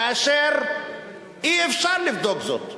כאשר אי-אפשר לבדוק זאת,